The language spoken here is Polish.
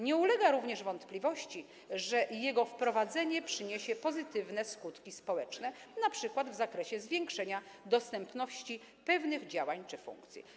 Nie ulega również wątpliwości, że jego wprowadzenie przyniesie pozytywne skutki społeczne np. w zakresie zwiększenia dostępności pewnych działań czy funkcji.